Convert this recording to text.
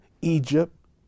Egypt